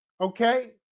okay